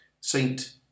Saint